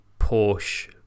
Porsche